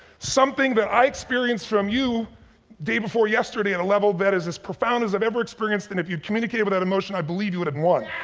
something that i experienced from you day before yesterday at a level that is as profound as i've ever experienced, and if you'd communicated with that emotion i believe you would've won.